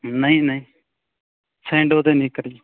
ਨਹੀਂ ਨਹੀਂ ਸੈਨਡੋ ਅਤੇ ਨਿੱਕਰ ਜੀ